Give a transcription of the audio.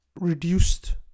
reduced